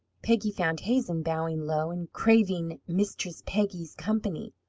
peggy found hazen bowing low, and craving mistress peggy's company.